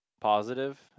Positive